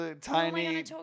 Tiny